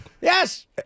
Yes